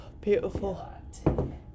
Beautiful